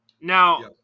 Now